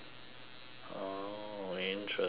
oh interesting